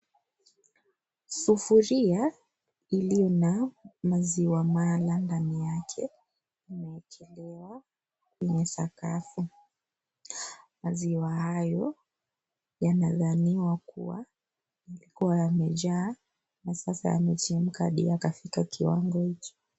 Sufuria iliyo na maziwa mala ndani yake imewekelewa kwenye sakafu. Maziwa hayo yanadhaniwa kuwa ya ilikuwa imejaa na sasa yamechemka hadi kiwango hiki.